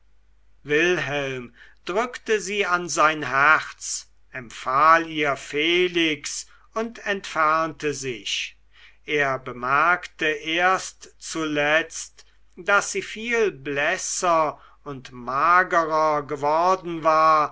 wilhelm drückte sie an sein herz empfahl ihr felix und entfernte sich er bemerkte erst zuletzt daß sie viel blässer und magerer geworden war